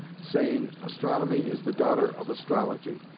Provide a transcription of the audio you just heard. saying astronomy is the daughter of astrology,